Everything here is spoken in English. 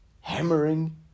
hammering